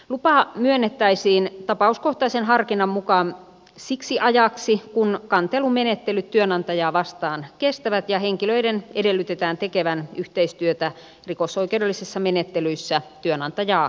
lupa myönnettäisiin tapauskohtaisen harkinnan mukaan siksi ajaksi kun kantelumenettelyt työnantajaa vastaan kestävät ja henkilöiden edellytetään tekevän yhteistyötä rikosoikeudellisissa menettelyissä työnantajaa vastaan